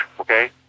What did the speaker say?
Okay